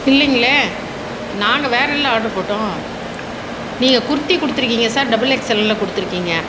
இல்லிங்களே நாங்கள் வேறே இல்லை ஆட்ரு போட்டோம் நீங்கள் குர்த்தி கொடுத்துருக்கீங்க சார் டபுள் எக்ஸெலில் கொடுத்துருக்கீங்க